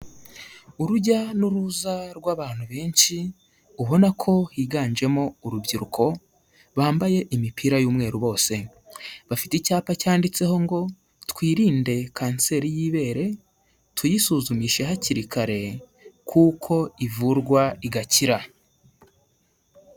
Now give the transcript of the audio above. Urujya n'uruza rw'abantu benshi, ubona ko higanjemo urubyiruko bambaye imipira y'umweru bose, bafite icyapa cyanditseho ngo: twirinde kanseri y'ibere, tuyisuzumishe hakiri kare, kuko ivurwa igakira.